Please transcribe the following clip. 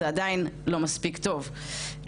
זה עדיין לא מספיק טוב.